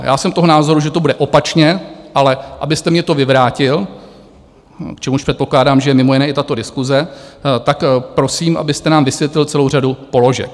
Já jsem toho názoru, že to bude opačně, ale abyste mně to vyvrátil k čemuž předpokládám, že je mimo jiné i tato diskuse tak prosím, abyste nám vysvětlil celou řadu položek.